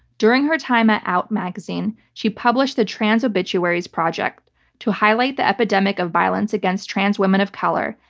during her time at out magazine, she published the trans obituaries project to highlight the epidemic of violence against trans women of color,